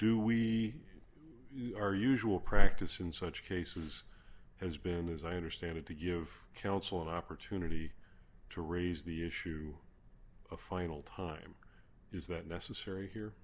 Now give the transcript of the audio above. do we are usual practice in such cases has been as i understand it to give counsel an opportunity to raise the issue of final time is that necessary here